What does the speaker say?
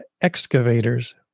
excavators